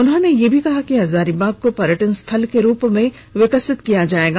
उन्होंने यह भी कहा कि हजारीबाग को पर्यटन स्थल के रूप में विकसित किया जाएगा